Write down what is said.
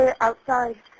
outside